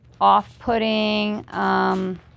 off-putting